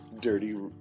dirty